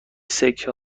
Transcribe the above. سکه